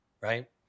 right